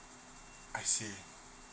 I see